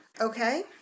Okay